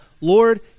Lord